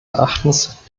erachtens